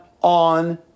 On